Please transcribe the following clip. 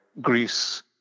Greece